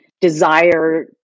desire